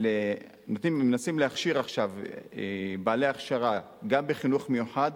עכשיו מנסים להכשיר גם כאלה שיש להם הכשרה בחינוך מיוחד,